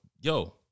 Yo